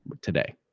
today